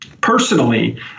Personally